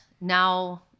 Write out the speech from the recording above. now